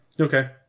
Okay